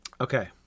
okay